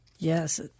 Yes